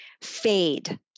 fade